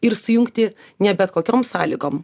ir sujungti ne bet kokiom sąlygom